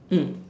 mm